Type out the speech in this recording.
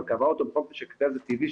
וקבע אותו בחוק משק הגז הטבעי,